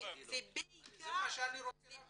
זה מה שאני רוצה להבין.